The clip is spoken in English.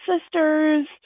sister's